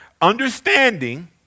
Understanding